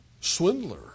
swindler